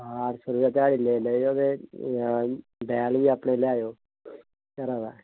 अट्ठ सौ रपेआ ध्याड़ी लेई लेएओ ते बैल बी अपने लेएआओ घरा दा